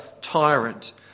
tyrant